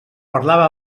parlava